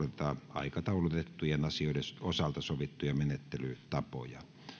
aikataulutettujen asioiden osalta sovittuja menettelytapoja